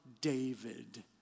David